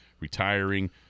retiring